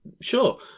Sure